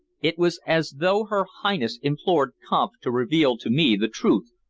it was as though her highness implored kampf to reveal to me the truth,